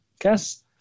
guess